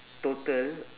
total